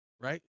right